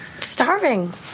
Starving